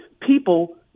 people